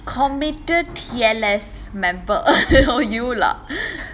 commited T_L_S member oh you lah